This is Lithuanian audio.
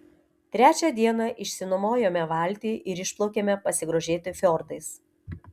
trečią dieną išsinuomojome valtį ir išplaukėme pasigrožėti fjordais